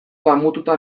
damututa